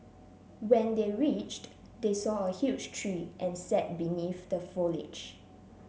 when they reached they saw a huge tree and sat beneath the foliage